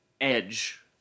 edge